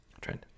trend